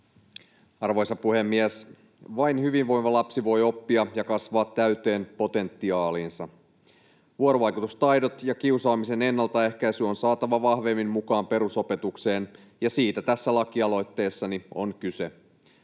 Arvoisa puhemies! Vain hyvinvoiva lapsi voi oppia ja kasvaa täyteen potentiaaliinsa. Vuorovaikutustaidot ja kiusaamisen ennaltaehkäisy on saatava vahvemmin mukaan perusopetukseen, ja siitä tässä lakialoitteessani on kyse.